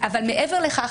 מעבר לכך,